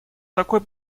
такой